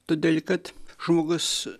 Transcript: todėl kad žmogus